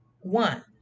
one